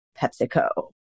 PepsiCo